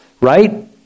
right